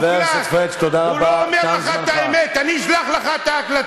חבר הכנסת פריג', תם זמנך.